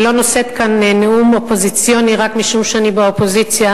ולא לשאת פה נאום אופוזיציוני רק משום שאני באופוזיציה.